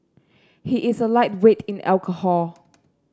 he is a lightweight in alcohol